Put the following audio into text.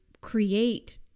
create